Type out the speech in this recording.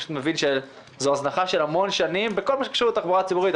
אני פשוט מבין שזו הזנחה של המון שנים בכל מה שקשור לתחבורה הציבורית.